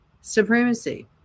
supremacy